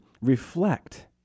reflect